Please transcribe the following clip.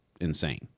insane